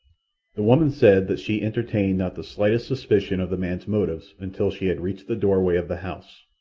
the woman said that she entertained not the slightest suspicion of the man's motives until she had reached the doorway of the house,